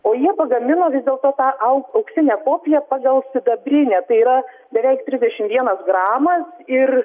o jie pagamino vis dėlto tą au auksinę kopiją pagal sidabrinę tai yra beveik trisdešim vienas gramas ir